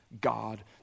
God